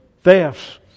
thefts